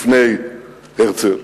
לפני הרצל,